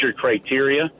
criteria